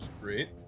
great